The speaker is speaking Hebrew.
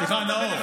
סליחה, נאור.